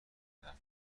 رفتن